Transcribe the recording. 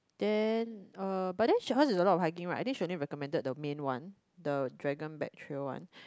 then uh but then she went a lot of hikings right I think she only recommended the main [one] the Dragon Back trail [one]